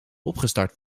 opgestart